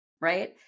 right